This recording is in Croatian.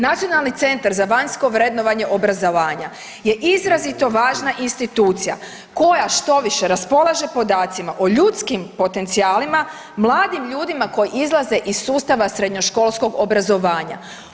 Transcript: Nacionalni centar za vanjsko vrednovanje obrazovanja je izrazito važna institucija koja štoviše raspolaže podacima o ljudskim potencijalima, mladim ljudima koji izlaze iz sustava srednjoškolskog obrazovanja.